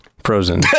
Frozen